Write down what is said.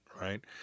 right